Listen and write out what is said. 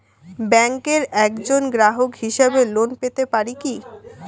ব্যাংকের একজন গ্রাহক হিসাবে লোন পেতে পারি কি?